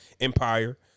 Empire